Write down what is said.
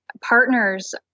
partners